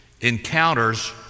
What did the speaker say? encounters